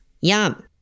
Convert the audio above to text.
Yum